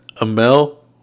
Amel